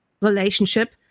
relationship